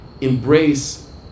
embrace